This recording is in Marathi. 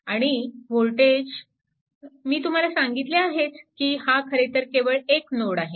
आणि वोल्टेज मी तुम्हाला सांगितले आहेच की हा खरेतर केवळ एक नोड आहे